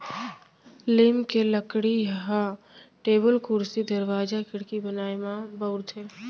लीम के लकड़ी ह टेबुल, कुरसी, दरवाजा, खिड़की बनाए म बउराथे